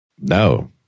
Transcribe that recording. no